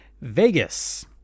Vegas